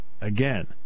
Again